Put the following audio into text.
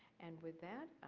and with that,